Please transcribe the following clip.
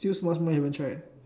still so much more you haven't tried